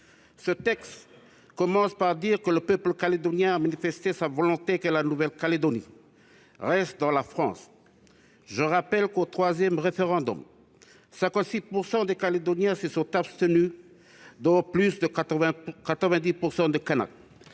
Ce texte commence par rappeler que le peuple calédonien a manifesté sa volonté que la Nouvelle-Calédonie reste dans la France. Or je rappelle que, lors du troisième référendum, 56 % des Calédoniens se sont abstenus, dont plus de 90 % de Kanaks.